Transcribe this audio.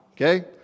okay